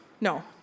No